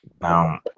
Now